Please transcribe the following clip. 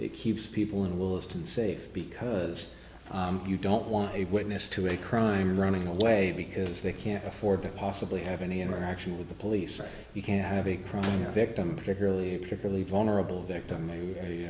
it keeps people in willesden safe because you don't want a witness to a crime running away because they can't afford to possibly have any interaction with the police or you can have a crime victim particularly a particularly vulnerable victim a